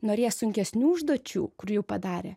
norės sunkesnių užduočių kur jau padarė